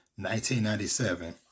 1997